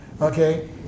Okay